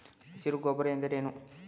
ಹಸಿರು ಗೊಬ್ಬರ ಎಂದರೇನು?